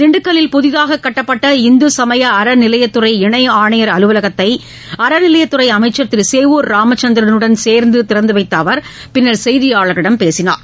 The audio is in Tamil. திண்டுக்கல்லில் புதிதாக கட்டப்பட்ட இந்துசமய அறநிலையத்துறை இணை ஆணையர் அலுவலகத்தை அறநிலையத்துறை அமைச்சர் திரு சேவூர் ராமச்சந்திரனுடன் சேர்ந்து திறந்துவைத்த அவர் பின்னர் செய்தியாளர்களிடம் பேசினார்